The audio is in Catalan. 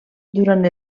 durant